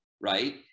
Right